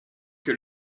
que